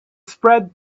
spread